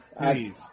please